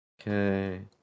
Okay